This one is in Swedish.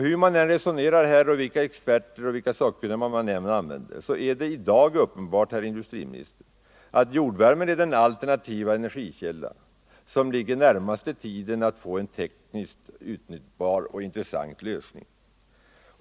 Hur man än resonerar och vilka experter och sakkunniga man än använder är det i dag uppenbart, herr industrimi 43 nister, att jordvärmen är den alternativa energikälla som ligger närmast i tiden att utnyttja för en tekniskt användbar lösning.